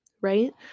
right